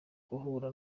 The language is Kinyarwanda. guhura